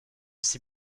aussi